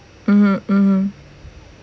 mmhmm mmhmm